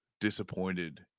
disappointed